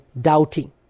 doubting